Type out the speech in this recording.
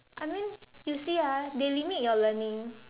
I mean you see ah they limit your learning